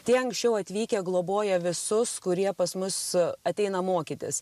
tie anksčiau atvykę globoja visus kurie pas mus ateina mokytis